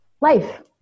Life